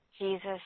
Jesus